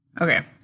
Okay